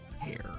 hair